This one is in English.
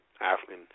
African